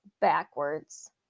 backwards